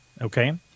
okay